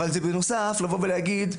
אבל בנוסף לבוא ולהגיד,